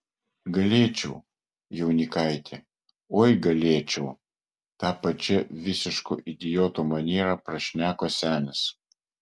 galėčiau jaunikaiti oi galėčiau ta pačia visiško idioto maniera prašneko senis